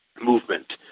movement